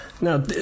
now